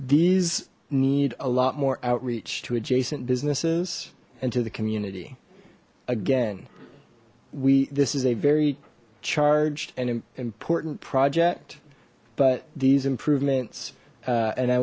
these need a lot more outreach to adjacent businesses and to the community again we this is a very charged and important project but these improvements and i